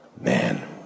man